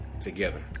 together